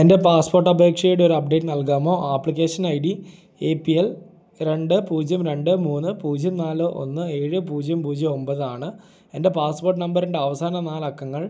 എൻ്റെ പാസ്പോർട്ട് അപേക്ഷയുടെ ഒരു അപ്ഡേറ്റ് നൽകാമോ application I D A P L രണ്ട് പൂജ്യം രണ്ട് മൂന്ന് പൂജ്യം നാല് ഒന്ന് ഏഴ് പൂജ്യം പൂജ്യം ഒമ്പതാണ് എൻ്റ പാസ്പോർട്ട് നമ്പറിൻ്റെ അവസാന നാലക്കങ്ങൾ